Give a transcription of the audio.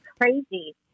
crazy